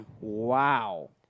Wow